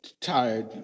tired